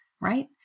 Right